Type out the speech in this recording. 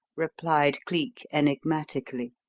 replied cleek enigmatically.